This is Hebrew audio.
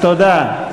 תודה.